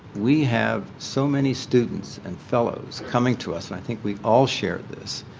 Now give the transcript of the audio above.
we have so many students and fellows coming to us, and i think we all share this,